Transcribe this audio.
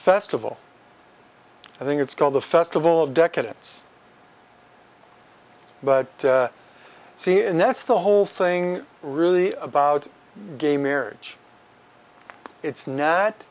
festival i think it's called the festival of decadence but see in that's the whole thing really about gay marriage it's no